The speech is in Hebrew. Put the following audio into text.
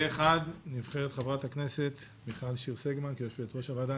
פה אחד נבחרת חברת הכנסת מיכל שיר סגמן כיושבת-ראש הוועדה.